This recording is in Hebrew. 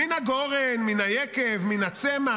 מן הגורן, מן היקב, מינה צמח.